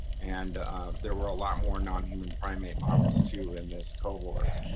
and there were a lot more non-human primate models too in this cohort.